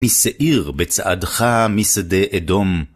משעיר בצעדך משדה אדום.